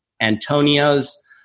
Antonio's